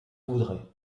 voudrez